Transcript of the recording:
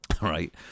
right